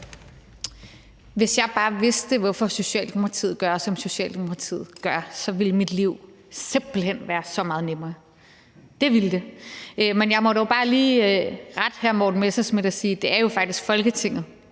Hvis jeg bare vidste, hvorfor Socialdemokratiet gør, som Socialdemokratiet gør, så ville mit liv simpelt hen være så meget nemmere – det ville det. Men jeg må dog bare lige rette hr. Morten Messerschmidt og sige, at det jo faktisk er Folketinget,